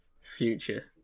future